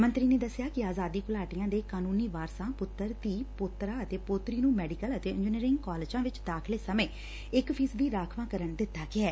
ਮੰਤਰੀ ਨੇ ਦਸਿਆ ਕਿ ਆਜ਼ਾਦੀ ਘੁਲਾਟੀਆਂ ਦੇ ਕਾਨੂੰਨੀ ਵਾਰਸਾਂ ਪੁੱਤਰ ਧੀਅ ਪੋਤਰਾ ਜਾਂ ਪੋਤਰੀ ਨੂੰ ਮੈਡੀਕਲ ਅਤੇ ਇੰਨਜੀਨਰਿੰਗ ਕਾਲਜਾਂ ਵਿਚ ਦਾਖਲੇ ਸਮੇ ਇਕ ਫ਼ੀਸਦੀ ਰਾਖਵਾਂਕਰਨ ਦਿੱਤਾ ਗਿਐ